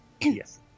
Yes